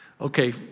Okay